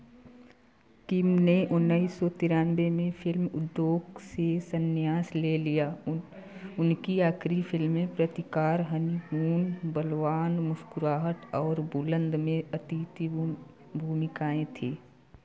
किम ने उन्नीस सौ तिरानवे में फ़िल्म उद्दोग से सन्यास ले लिया उन उनकी आखरी फ़िल्में प्रतिकार हनीमून बलवान मुस्कुराहाट और बुलंद में अतिथि भूम भूमिकाएँ थी